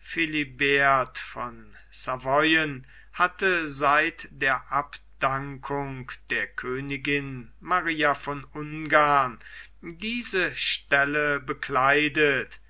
philibert von savoyen hatte seit der abdankung der königin maria von ungarn diese stelle bekleidet